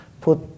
put